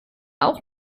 auch